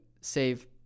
save